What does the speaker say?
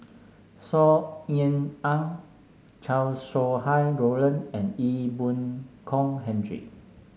Saw Ean Ang Chow Sau Hai Roland and Ee Boon Kong Henry